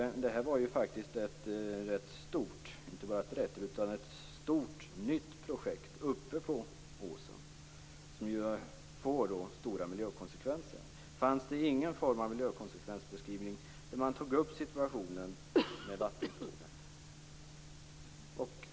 Det gällde faktiskt ett stort nytt projekt uppe på åsen, som får stora miljökonsekvenser. Fanns det ingen form av miljökonsekvensbeskrivning där man tog upp vattenfrågan?